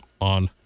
on